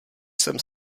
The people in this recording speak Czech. jsem